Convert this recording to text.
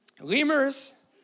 Lemurs